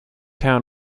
town